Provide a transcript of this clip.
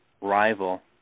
rival